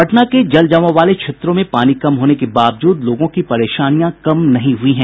पटना के जल जमाव वाले क्षेत्रों में पानी कम होने के बावजूद लोगों की परेशानियां कम नहीं हुई है